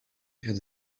and